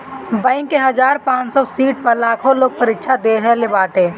bank के हजार पांच सौ सीट पअ लाखो लोग परीक्षा देहले बाटे